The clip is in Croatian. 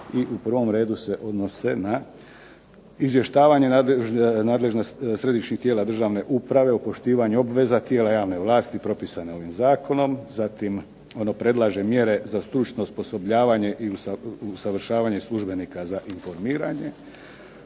i u prvom redu se odnose na izvještavanje nadležnih središnjih tijela državne uprave o poštivanju obveza tijela javne vlasti propisane ovim zakonom. Zatim, ono predlaže mjere za stručno osposobljavanje i usavršavanje službenika za informiranje,